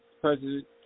president